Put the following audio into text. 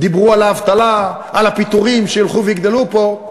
דיברו על האבטלה, על הפיטורים שילכו ויגברו פה,